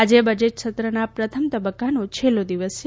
આજે બજેટ સત્રના પ્રથમ તબક્કાનો છેલ્લો દિવસ છે